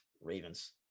Ravens